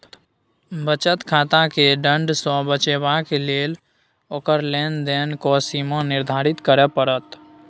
बचत खाताकेँ दण्ड सँ बचेबाक लेल ओकर लेन देनक सीमा निर्धारित करय पड़त